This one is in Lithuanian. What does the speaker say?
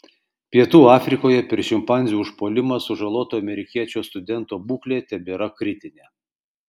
pietų afrikoje per šimpanzių užpuolimą sužaloto amerikiečio studento būklė tebėra kritinė